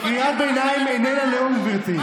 קריאת ביניים איננה נאום, גברתי.